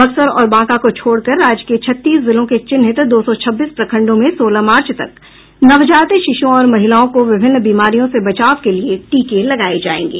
बक्सर और बांका को छोड़कर राज्य के छत्तीस जिलों के चिन्हित दो सौ छब्बीस प्रखंडों में सोलह मार्च तक नवजात शिशुओं और महिलाओं को विभिन्न बीमारियों से बचाव के लिये टीके लगाये जायेंगे